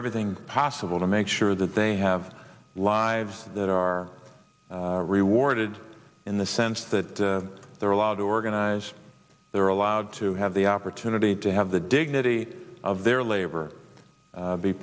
everything possible to make sure that they have lives that are rewarded in the sense that they're allowed to organize they're allowed to have the opportunity to have the dignity of their labor